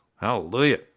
Hallelujah